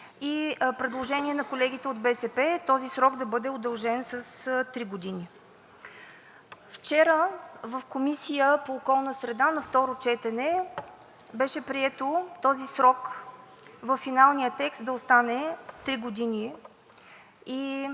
И предложение на колегите от БСП – този срок да бъде удължен с три години. Вчера в Комисията по околната среда на второ четене беше прието този срок във финалния текст да остане три години